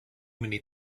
many